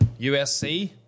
USC